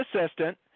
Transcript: assistant